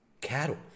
cattle